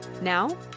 Now